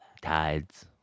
tides